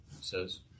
says